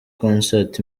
concert